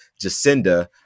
Jacinda